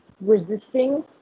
resisting